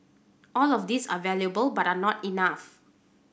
all of these are valuable but are not enough